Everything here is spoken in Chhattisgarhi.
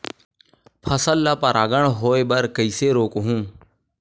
फसल ल परागण होय बर कइसे रोकहु?